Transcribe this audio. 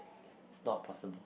stop possible